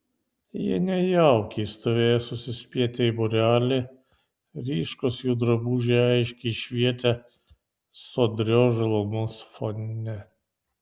jie nejaukiai stovėjo susispietę į būrelį ryškūs jų drabužiai aiškiai švietė sodrios žalumos fone